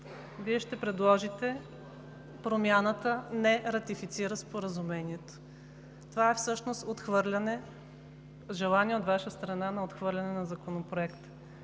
Вие ще предложите промяната: „Не ратифицира споразумението“. Това е всъщност желание от Ваша страна на отхвърляне на Законопроекта.